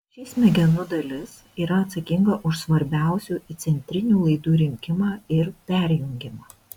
ši smegenų dalis yra atsakinga už svarbiausių įcentrinių laidų rinkimą ir perjungimą